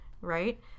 right